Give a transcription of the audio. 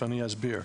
ואני אסביר.